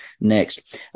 next